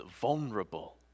vulnerable